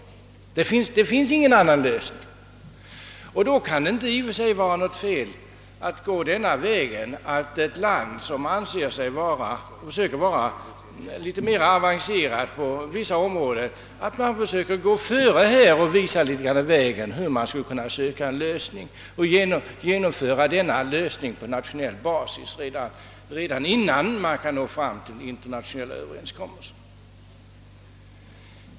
Eftersom det inte finns någon annan lösning kan det i och för sig inte vara något fel att ett land som anser sig vara mera avancerat på vissa områden föregår andra länder med gott exempel och visar hur man skall kunna genomföra en sådan lösning på nationell basis innan man kan nå fram till internationella överenskommelser.